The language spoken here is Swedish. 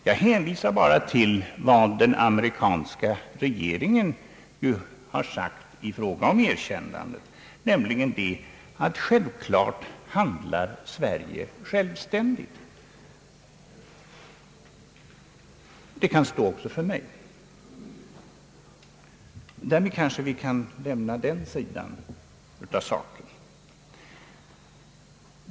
Jag hänvisar bara till vad den amerikanska regeringen nu har sagt i fråga om erkännandet, nämligen bl.a. att Sverige självklart handlar självständigt — och detta uttalande kan stå också för mig. Därmed kan vi kanske lämna den sidan av saken.